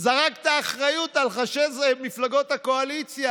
זרק את האחריות על ראשי מפלגות הקואליציה,